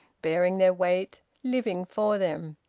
bearing their weight, living for them.